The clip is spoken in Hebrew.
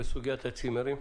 וסוגיית הצימרים?